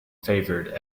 favored